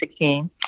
2016